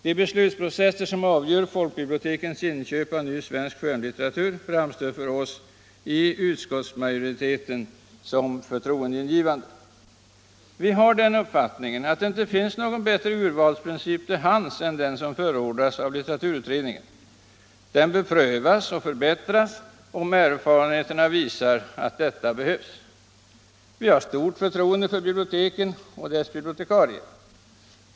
De beslutsprocesser som avgör folkbibliotekens inköp av ny svensk skönlitteratur framstår för oss i utskottsmajoriteten som förtroen deingivande. Vi har det uppfattningen att det inte finns någon bättre urvalsprincip till hands än den som förordas av litteraturutredningen. Den bör prövas och förbättras, om erfarenheterna visar att detta behövs. Vi har stort förtroende för biblioteken och deras bibliotekarier.